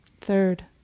Third